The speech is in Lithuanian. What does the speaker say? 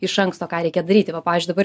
iš anksto ką reikia daryti va pavyzdžiui dabar